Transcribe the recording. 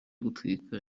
gutwika